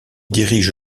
dirige